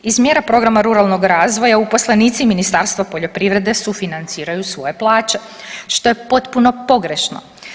Iz mjera programa ruralnog razvoja uposlenici Ministarstva poljoprivrede sufinanciraju svoje plaće što je potpuno pogrešno.